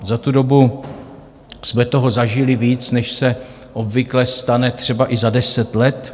Za tu dobu jsme toho zažili víc, než se obvykle stane třeba i za deset let.